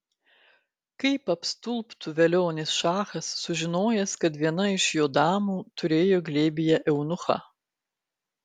kaip apstulbtų velionis šachas sužinojęs kad viena iš jo damų turėjo glėbyje eunuchą